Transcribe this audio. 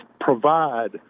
provide